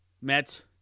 met